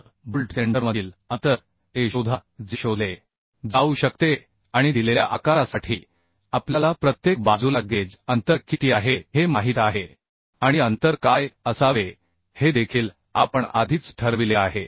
तर बोल्ट सेंटरमधील अंतर a शोधा जे शोधले जाऊ शकते आणि दिलेल्या आकारासाठी आपल्याला प्रत्येक बाजूला गेज अंतर किती आहे हे माहित आहे आणि अंतर काय असावे हे देखील आपण आधीच ठरविले आहे